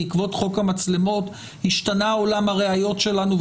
בעקבות חוק המצלמות השתנה עולם הראיות שלנו.